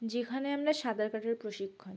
যেখানে আমরা সাঁতার কাটার প্রশিক্ষণ নিই